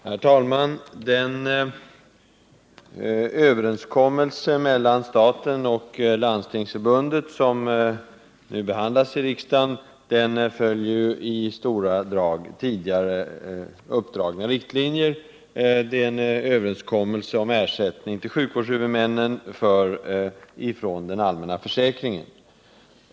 Herr talman! Den överenskommelse mellan staten och Landstingsförbundet som nu behandlats i riksdagen följer i stora drag tidigare uppdragna riktlinjer. Det är en överenskommelse om ersättning till sjukvårdshuvudmännen från den allmänna försäkringen.